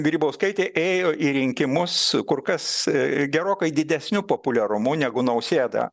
grybauskaitė ėjo į rinkimus kur kas gerokai didesniu populiarumu negu nausėda